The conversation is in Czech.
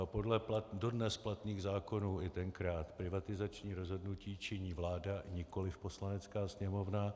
Podle dodnes platných zákonů, i tenkrát, privatizační rozhodnutí činí vláda, nikoliv Poslanecká sněmovna.